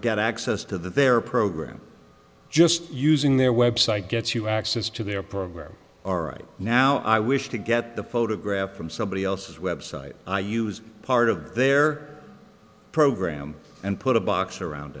get access to their program just using their website gets you access to their program all right now i wish to get the photograph from somebody else's website i use part of their program and put a box around